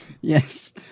Yes